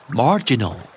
marginal